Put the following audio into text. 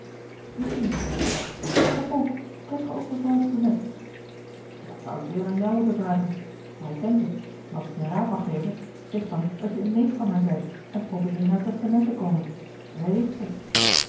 propos kent ge ook mevrouw de tonnette dat zou ik eerder aan jou moeten vragen maar ik ken ze en als ik je een raad mag geven zeg dan dat je een neef van haar zijt en probeer in haar testament te komen ze heeft ze